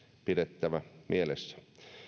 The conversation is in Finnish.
pidettävä mielessä